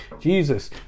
Jesus